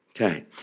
Okay